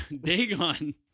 Dagon